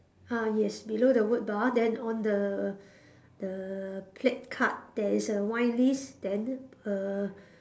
ah yes below the word bar then on the the placard there is a wine list then a